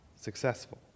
successful